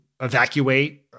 evacuate